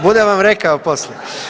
Budem vam rekao poslije.